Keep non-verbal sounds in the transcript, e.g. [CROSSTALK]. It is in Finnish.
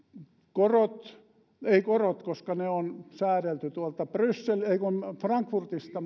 korot eivät korot koska ne on säädelty tuolta frankfurtista [UNINTELLIGIBLE]